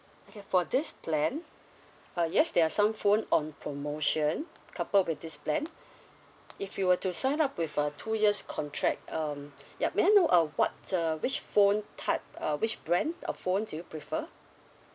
okay for this plan uh yes there are some phone on promotion coupled with this plan if you were to sign up with a two years contract um yup may I know uh what uh which phone type uh which brand of phone do you prefer